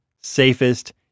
safest